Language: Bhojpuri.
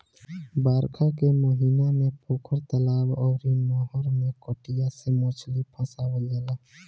बरखा के महिना में पोखरा, तलाब अउरी नहर में कटिया से मछरी फसावल जाला